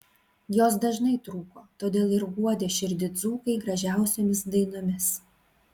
jos dažnai trūko todėl ir guodė širdį dzūkai gražiausiomis dainomis